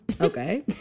Okay